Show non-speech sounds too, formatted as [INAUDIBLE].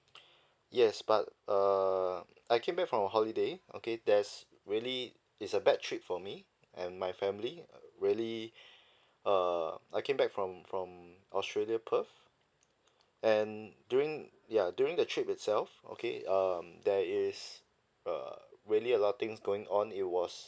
yes but err I came back from a holiday okay that's really is a bad trip for me and my family really [BREATH] err I came back from from australia perth and during ya during the trip itself okay um there is uh really a lot of things going on it was